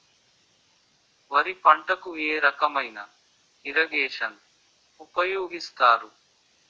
వరి పంటకు ఏ రకమైన ఇరగేషన్ ఉపయోగిస్తారు?